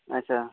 अच्छा